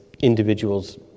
individuals